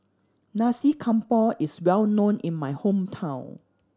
Nasi Campur is well known in my hometown